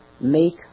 make